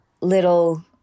little